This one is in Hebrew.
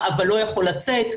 לא יכול להפסיק,